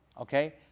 Okay